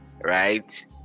right